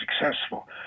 successful